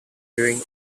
during